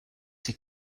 ses